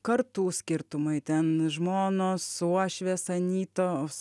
kartų skirtumai ten žmonos uošvės anytos